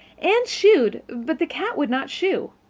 anne shooed, but the cat would not shoo.